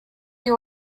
you